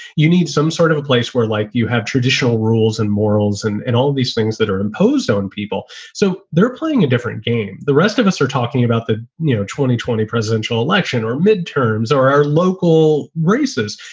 you need some sort of a place where, like, you have traditional rules and morals and and all of these things that are imposed on people. so they're playing a different game. the rest of us are talking about the you know twenty twenty presidential election or midterms or our local races.